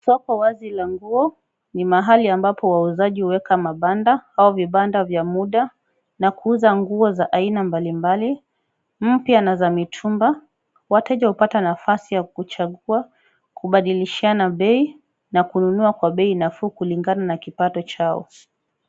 Soko wazi la nguo, ni mahali ambapo wauzaji huweka mabanda au vibanda vya muda na kuuza nguo za aina mbalimbali, mpya na za mitumba . Wateja hupata nafasi ya kuchagua, kubadilishana bei na kununua kwa bei nafuu kulingana na kipato chao.